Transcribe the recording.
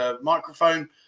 microphone